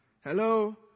Hello